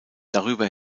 darüber